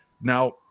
now